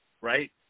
right